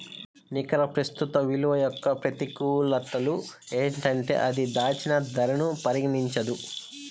నికర ప్రస్తుత విలువ యొక్క ప్రతికూలతలు ఏంటంటే అది దాచిన ధరను పరిగణించదు